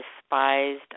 despised